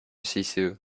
cice